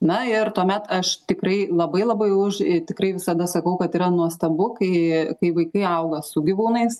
na ir tuomet aš tikrai labai labai už tikrai visada sakau kad yra nuostabu kai kai vaikai auga su gyvūnais